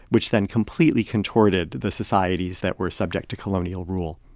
which then completely contorted the societies that were subject to colonial rule